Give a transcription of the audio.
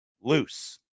loose